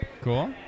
cool